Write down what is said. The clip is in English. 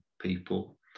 people